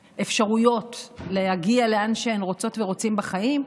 אפשרויות להגיע לאן שהן רוצות ורוצים בחיים,